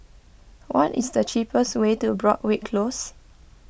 what is the cheapest way to Broadrick Close